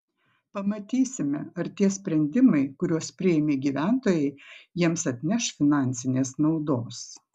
pamatysime ar tie sprendimai kuriuos priėmė gyventojai jiems atneš finansinės naudos